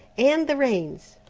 and the reins.